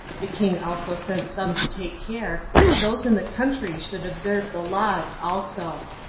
the king also sent some to take care that those in the country should observe the laws also.